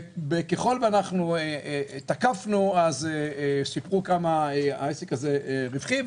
וככל שאנחנו תקפנו, סיפרו כמה העסק הזה רווחי.